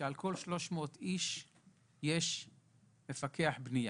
שעל כל 300 איש יש מפקח בנייה.